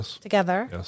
together